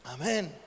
Amen